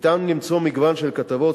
ניתן למצוא מגוון של כתבות,